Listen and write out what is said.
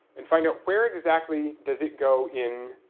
and find out where exactly does it go in